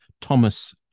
Thomas